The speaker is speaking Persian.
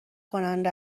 کننده